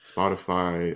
Spotify